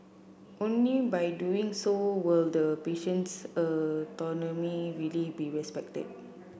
only by doing so will the patient's autonomy really be respected